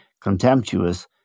contemptuous